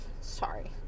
sorry